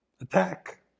Attack